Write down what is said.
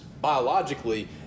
biologically